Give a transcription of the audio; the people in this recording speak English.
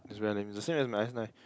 it's very lame it's the same as my S nine